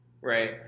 Right